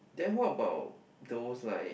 then what about there was like